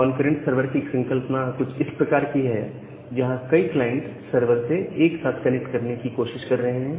concurrent server की संकल्पना कुछ इस प्रकार की है जहां कई क्लाइंट सर्वर से एक साथ कनेक्ट करने की कोशिश कर रहे हैं